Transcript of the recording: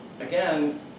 again